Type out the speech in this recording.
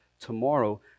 tomorrow